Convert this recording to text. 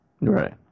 Right